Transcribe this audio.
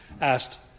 asked